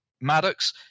Maddox